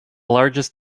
largest